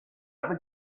other